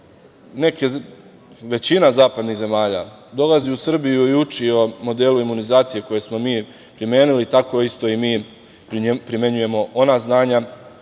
što većina zapadnih zemalja dolazi u Srbiju i uči o modelu imunizacije koji smo mi primenili, tako isto i mi primenjujemo ona znanja